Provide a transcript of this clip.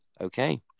okay